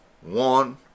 one